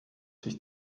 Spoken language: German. sich